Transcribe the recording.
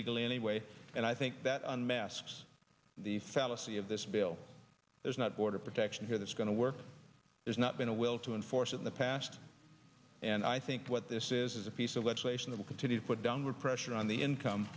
legally anyway and i think that unmasks the fallacy of this bill there's not border protection here that's going to work there's not been a will to enforce in the past and i think what this is is a piece of legislation that will continue to put downward pressure on the income